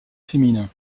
féminin